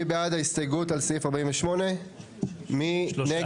אנחנו מצביעים הסתייגויות 26 ו-27 בקובץ לסעיף 55. מי בעד?